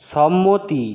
সম্মতি